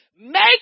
Make